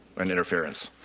and interference?